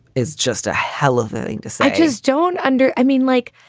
it's just a hell of a thing to such as don't under i mean, like,